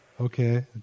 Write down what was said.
Okay